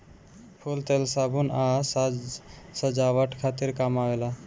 फूल तेल, साबुन आ साज सजावट खातिर काम आवेला